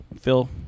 Phil